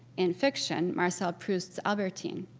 in fiction, marcel proust's albertine.